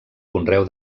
conreu